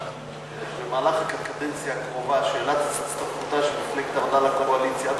במהלך הקדנציה הקרובה שאלת הצטרפותה של מפלגת העבודה לקואליציה,